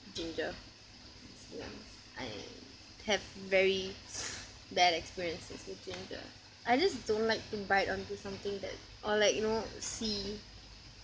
ginger I have very bad experiences with ginger I just don't like to bite on to something that or like you know see